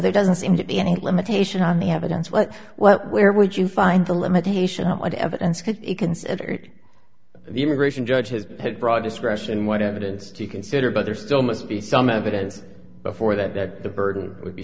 there doesn't seem to be any limitation on the evidence what what where would you find the limitation on what evidence could be considered the immigration judge has had broad discretion what evidence to consider but there still must be some evidence before that that the burden would be